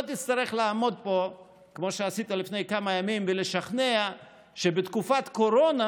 לא תצטרך לעמוד פה כמו שעשית לפני כמה ימים ולשכנע שבתקופת קורונה,